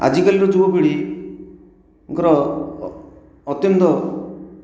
ଆଜିକାଲି ର ଯୁବପୀଢ଼ି ଙ୍କର ଅତ୍ୟନ୍ତ